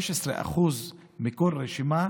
15% מכל רשימה